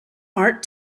art